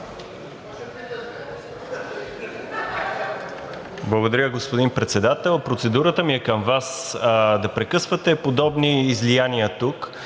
Благодаря, господин Председател. Процедурата ми е към Вас – да прекъсвате подобни излияния тук